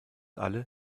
alle